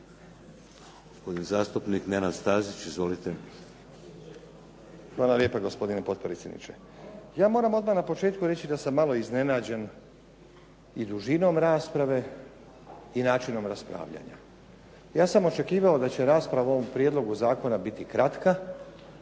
Hvala lijepa gospodine potpredsjedniče. Ja moram odmah na početku reći da sam malo iznenađen i dužinom rasprave i načinom raspravljanja. Ja sam očekivao da će rasprava u ovom prijedlogu zakona biti kratka